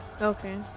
Okay